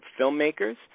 filmmakers